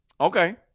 Okay